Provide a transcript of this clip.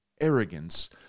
arrogance